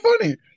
funny